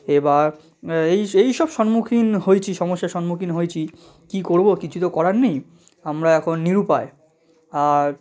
এবার এইস এইসব সম্মুখীন হয়েছি সমস্যা সম্মুখীন হয়েছি কি করবো কিছু তো করার নেই আমরা এখন নিরুপায় আর